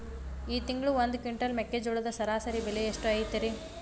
ಈ ತಿಂಗಳ ಒಂದು ಕ್ವಿಂಟಾಲ್ ಮೆಕ್ಕೆಜೋಳದ ಸರಾಸರಿ ಬೆಲೆ ಎಷ್ಟು ಐತರೇ?